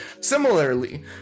Similarly